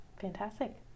Fantastic